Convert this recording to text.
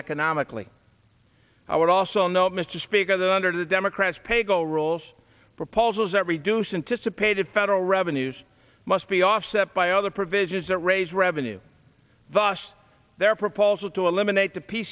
economically i would also note mr speaker that under the democrats paygo rules proposals that reduce anticipated federal revenues must be offset by other provisions that raise revenue thus their proposal to eliminate the p